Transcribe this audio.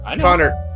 Connor